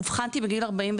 אובחנתי בגיל 49,